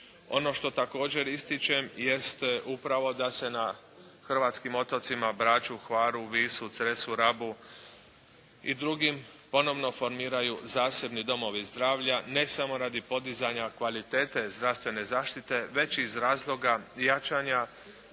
Ono što također ističem jest upravo da se na hrvatskim otocima Braču, Hvaru, Visu, Cresu, Rabu i drugim ponovno formiraju zasebni domovi zdravlja ne samo radi podizanja kvalitete zdravstvene zaštite, već iz razloga jačanja